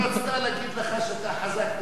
היא פשוט רצתה להגיד לך שאתה חזק במספרים.